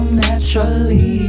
naturally